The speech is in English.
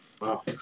Wow